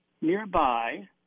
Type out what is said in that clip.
Nearby